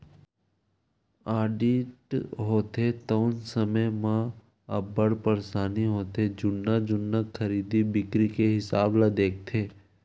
audit होथे तउन समे म अब्बड़ परसानी होथे जुन्ना जुन्ना खरीदी बिक्री के हिसाब ल देखथे